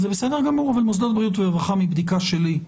זה בסדר גמור אבל מבדיקה שלי,